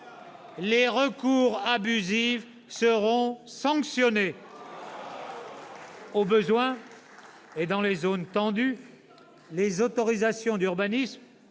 les recours abusifs sanctionnés. « Au besoin, notamment dans les zones tendues, les autorisations d'urbanisme